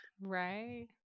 Right